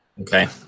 Okay